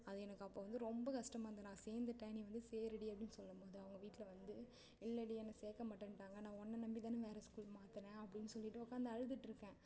அது எனக்கு அப்போ வந்து ரொம்ப கஷ்டமா இருந்தது நான் சேர்ந்துட்டேன் நீ வந்து சேருடி அப்படின்னு சொல்லும்போது அவங்க வீட்டில் வந்து இல்லைடி என்னை சேர்க்க மாட்டேனுட்டாங்க நான் உன்ன நம்பிதானே வேறே ஸ்கூல் மாற்றினேன் அப்படின்னு சொல்லிவிட்டு உட்காந்து அழுதுட்டிருக்கேன்